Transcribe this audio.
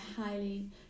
highly